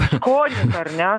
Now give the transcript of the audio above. skonis ar ne